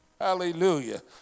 Hallelujah